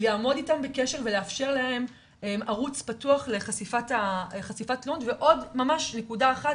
לעמוד איתם בקשר ולאפשר להם ערוץ פתוח לחשיפת --- ועוד ממש נקודה אחת,